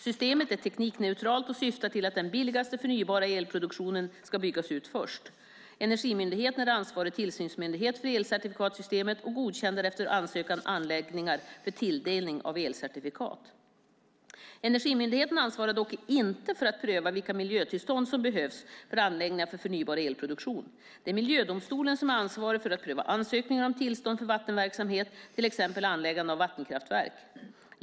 Systemet är teknikneutralt och syftar till att den billigaste förnybara elproduktionen ska byggas ut först. Energimyndigheten är ansvarig tillsynsmyndighet för elcertifikatssystemet och godkänner efter ansökan anläggningar för tilldelning av elcertifikat. Energimyndigheten ansvarar dock inte för att pröva vilka miljötillstånd som behövs för anläggningar för förnybar elproduktion. Det är Miljödomstolen som är ansvarig för att pröva ansökningar om tillstånd för vattenverksamhet, till exempel anläggande av vattenkraftverk.